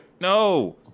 no